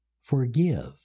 forgive